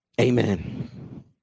Amen